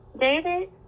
David